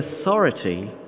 authority